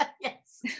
Yes